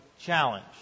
challenge